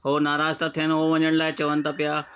हो नाराज़ु था थियनि हू वञण लाइ चवनि था पिया